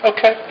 Okay